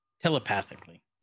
Telepathically